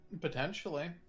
Potentially